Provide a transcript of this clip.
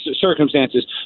circumstances